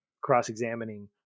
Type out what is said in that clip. cross-examining